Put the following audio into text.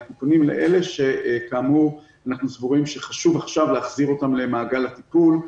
אלא כאמור לאלה שאנחנו סבורים שחשוב להחזיר אותם כעת למעגל הטיפול,